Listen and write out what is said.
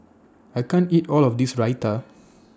I can't eat All of This Raita